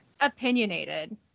opinionated